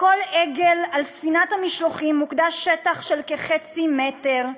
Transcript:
לכל עגל על ספינת המשלוחים מוקדש שטח של כחצי מטר.